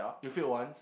you failed once